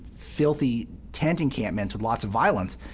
filthy tent encampments with lots of violence.